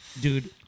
Dude